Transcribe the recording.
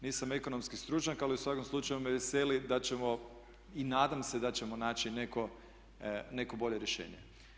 Nisam ekonomski stručnjak ali u svakom slučaju me veseli da ćemo i nadam se da ćemo naći neko bolje rješenje.